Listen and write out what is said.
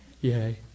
Yay